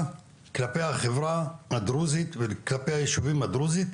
כלפי החברה הדרוזית וכלפי הישובים הדרוזיים,